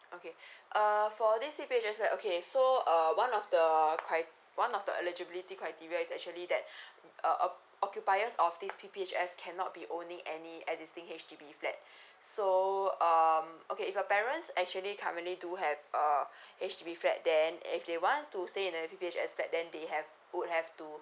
okay err for this P_P_H_S flat okay so err one of the cri~ one of the eligibility criteria is actually that uh uh occupiers of this P_P_H_S cannot be owning any existing H_D_B flat so um okay if your parents actually currently do have err H_D_B flat then if they want to stay in the P_P_H_S flat then they have would have to